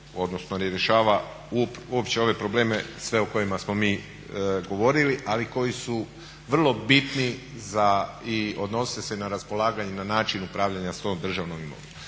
odnosno ne rješava uopće ove probleme sve o kojima smo mi govorili ali koji su vrlo bitni i odnose se na raspolaganja na način upravljanja s tom državnom imovinom.